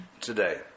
today